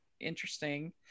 interesting